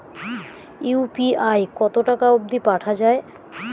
UPI কতো টাকা অব্দি পাঠা যায়?